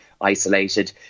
isolated